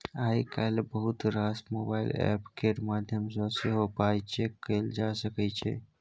आइ काल्हि बहुत रास मोबाइल एप्प केर माध्यमसँ सेहो पाइ चैक कएल जा सकै छै